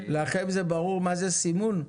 לכם זה ברור מה זה סימון?